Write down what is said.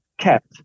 kept